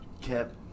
kept